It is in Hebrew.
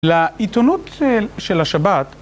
לעיתונות של השבת